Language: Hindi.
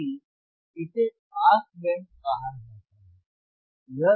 इसीलिए इसे पास बैंड कहा जाता है